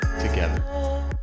together